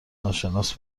ناشناس